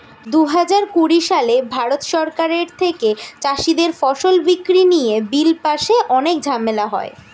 দুহাজার কুড়ি সালে ভারত সরকারের থেকে চাষীদের ফসল বিক্রি নিয়ে বিল পাশে অনেক ঝামেলা হয়